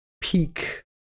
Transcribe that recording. peak